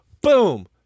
Boom